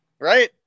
Right